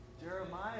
Jeremiah